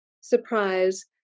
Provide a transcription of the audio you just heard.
Surprise